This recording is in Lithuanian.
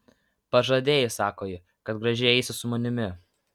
pažadėjai sako ji kad gražiai eisi su manimi